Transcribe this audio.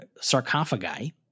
sarcophagi